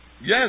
Yes